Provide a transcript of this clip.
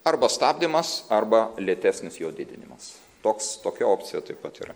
arba stabdymas arba lėtesnis jo didinimas toks tokia opcija taip pat yra